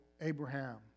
Abraham